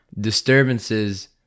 disturbances